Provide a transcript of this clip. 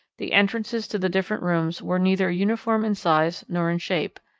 the entrances to the different rooms were neither uniform in size nor in shape,